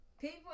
People